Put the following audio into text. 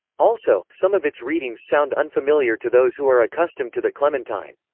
also, some of its readings sound unfamiliar to those who are accustomed to the clementine.